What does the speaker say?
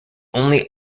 only